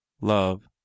love